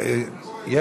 צריך לעלות?